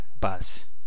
bus